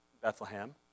Bethlehem